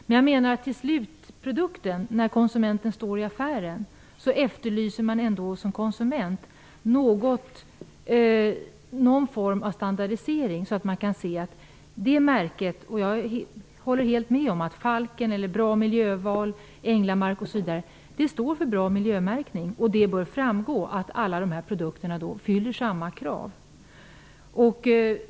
Men jag menar att man, när man som konsument står i affären, ändå behöver någon form av standardisering så att man kan se om ett märke står för bra miljömärkning, vilket jag håller med om att exempelvis Falken, Bra miljöval, Änglamark osv. gör. Det bör framgå att alla dessa produkter fyller samma krav.